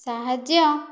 ସାହାଯ୍ୟ